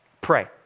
Pray